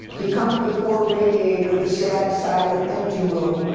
become the poor radiator, the sad, silent empty room,